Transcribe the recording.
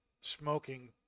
smoking